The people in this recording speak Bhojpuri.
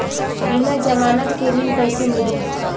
बिना जमानत के ऋण कैसे मिली?